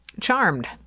Charmed